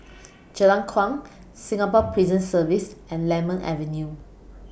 Jalan Kuang Singapore Prison Service and Lemon Avenue